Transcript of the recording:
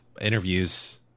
interviews